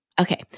okay